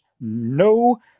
no